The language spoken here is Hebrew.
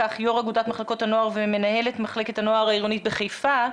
יו"ר אגודת מחלקות הנוער ומנהלת מחלקת הנוער העירונית בחיפה.